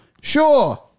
Sure